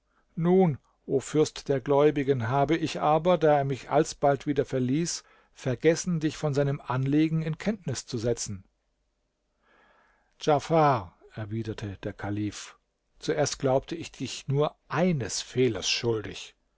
nun o fürst der gläubigen habe ich aber da er mich alsbald wieder verließ vergessen dich von seinem anliegen in kenntnis zu setzen djafar erwiderte der kalif zuerst glaubte ich dich nur eines fehlers schuldig